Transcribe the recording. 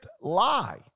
lie